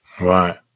Right